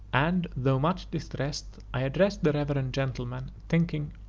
and, though much distressed, i addressed the reverend gentleman, thinking,